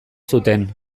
zuten